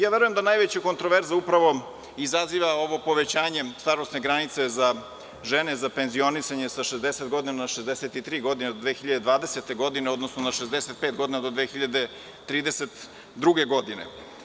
Verujem da najveća kontraverza upravo izaziva ovo povećanje starosne granice za žene, za penzionisanje sa 60 godina na 63 godine do 2020. godine, odnosno na 65 godina do 2032. godine.